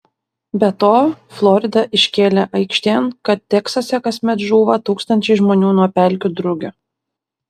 be to florida iškėlė aikštėn kad teksase kasmet žūva tūkstančiai žmonių nuo pelkių drugio